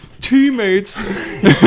teammates